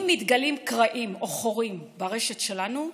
אם מתגלים קרעים או חורים ברשת שלנו,